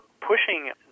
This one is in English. pushing